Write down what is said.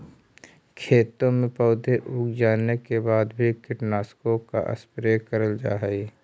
खेतों में पौधे उग जाने के बाद भी कीटनाशकों का स्प्रे करल जा हई